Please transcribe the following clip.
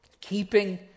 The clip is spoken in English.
Keeping